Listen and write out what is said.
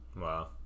Wow